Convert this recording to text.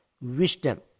wisdom